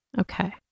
Okay